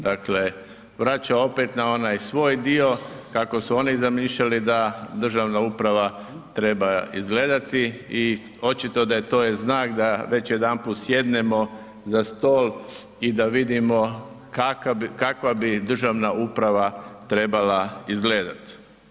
Dakle, vraća opet na onaj svoj dio kako su oni zamišljali da državna uprava treba izgledati i očito da je to je znak da već jedanput sjednemo za stol i da vidimo kakva bi državna uprava trebala izgledat.